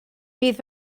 bydd